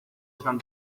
estaban